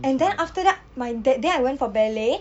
and then after that my that day I went for ballet